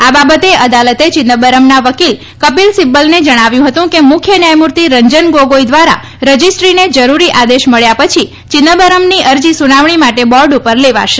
આ બાબતે અદાલતે ચીદમ્બરમના વકીલ કપીલ સિબ્બલને જણાવ્યું હતું કે મુખ્ય ન્યાયમૂર્તિ રંજન ગોગોઈ દ્વારા રજીસ્ટ્રીને જરૂરી આદેશ મળ્યા પછી ચિદમ્બરમની અરજી સુનાવણી માટે બોર્ડ ઉપર લેવાશે